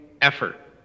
effort